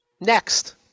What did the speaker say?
next